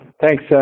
Thanks